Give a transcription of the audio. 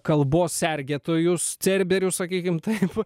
kalbos sergėtojus cerberius sakykim taip